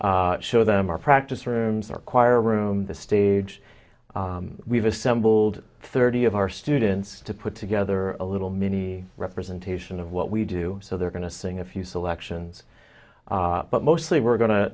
show them our practice rooms our choir room the stage we've assembled thirty of our students to put together a little mini representation of what we do so they're going to sing a few selections but mostly we're go